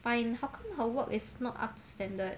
find how come her work is not up to standard